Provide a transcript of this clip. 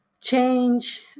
change